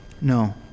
No